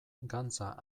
gantza